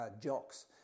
jocks